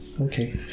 okay